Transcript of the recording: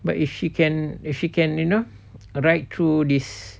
but if she can if she can you know err ride through this